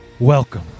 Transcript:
Welcome